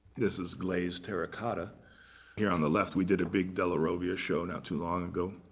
this is glazed terracotta here on the left. we did a big della robbia show not too long ago.